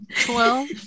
Twelve